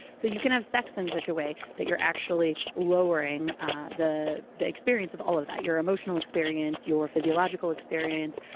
so you can have sex in such a way that your actually lowering ah the the experience of all of that. your emotional experience, your physiological experience,